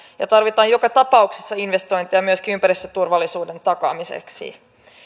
ja tarvitaan joka tapauksessa investointeja myöskin ympäristöturvallisuuden takaamiseksi